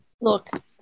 look